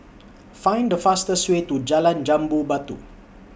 Find The fastest Way to Jalan Jambu Batu